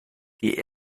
die